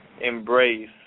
embrace